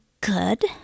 good